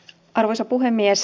arvoisa puhemies